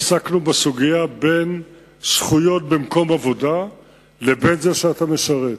עסקנו בסוגיה שבין זכויות במקום עבודה לבין זה שאתה משרת,